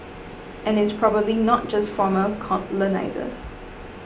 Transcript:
and it's probably not just former colonisers